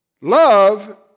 Love